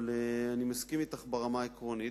אבל אני מסכים אתך ברמה העקרונית,